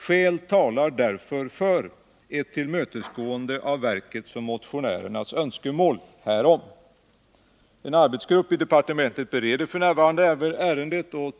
Skäl talar därför för ett tillmötesgående av verkets och motionärernas önskemål härom.” En arbetsgrupp i departementet bereder f. n. ärendet.